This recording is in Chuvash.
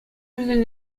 вӗсен